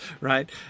right